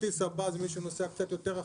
כרטיס הבא זה מי שנוסע קצת יותר רחוק,